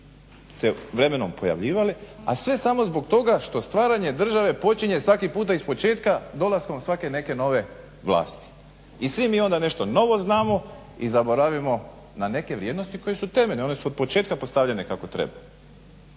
se vremenom pojavljivale, a sve samo zbog toga što stvaranje države počinje svaki puta ispočetka dolaskom svake neke nove vlasti. I svi mi onda nešto novo znamo i zaboravimo na neke vrijednosti koje su temeljne, one od početka postavljene kako treba.